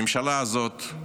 הממשלה הזאת,